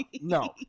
no